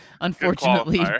unfortunately